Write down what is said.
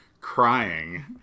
crying